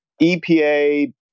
EPA